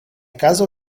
kazo